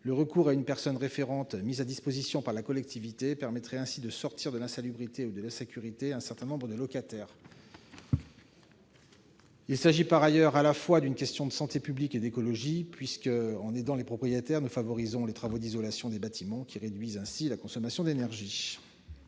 Le recours à une personne référente, mise à disposition par la collectivité, permettrait de sortir de l'insalubrité et de l'insécurité un certain nombre de locataires. Il s'agit par ailleurs à la fois d'une question de santé publique et d'écologie. En aidant les propriétaires, nous favorisons les travaux d'isolation des bâtiments, lesquels permettent ensuite de réduire la consommation d'énergie. Quel